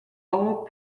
all